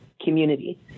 community